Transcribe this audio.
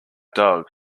dog